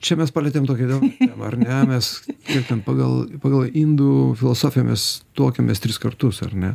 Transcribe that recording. čia mes palietėm tokį gal va ar ne mes kaip ten pagal pagal indų filosofiją mes tuokiamės tris kartus ar ne